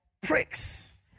pricks